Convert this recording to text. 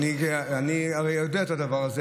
אני הרי יודע את הדבר הזה.